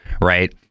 right